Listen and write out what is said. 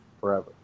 forever